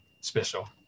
special